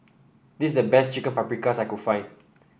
this is the best Chicken Paprikas that I can find